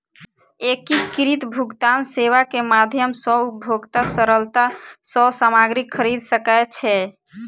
एकीकृत भुगतान सेवा के माध्यम सॅ उपभोगता सरलता सॅ सामग्री खरीद सकै छै